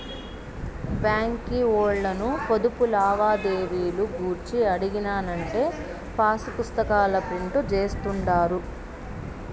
బాంకీ ఓల్లను పొదుపు లావాదేవీలు గూర్చి అడిగినానంటే పాసుపుస్తాకాల ప్రింట్ జేస్తుండారు